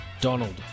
Donald